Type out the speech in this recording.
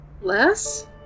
Less